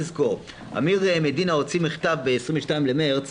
יש לזכור אמיר מדינה הוציא מכתב ב-22 במרס,